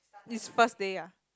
is first day ah